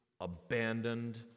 abandoned